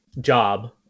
job